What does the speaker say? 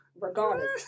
Regardless